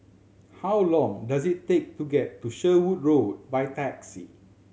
how long does it take to get to Sherwood Road by taxi